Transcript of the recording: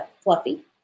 fluffy